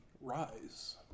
rise